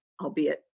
albeit